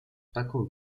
taką